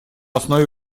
основе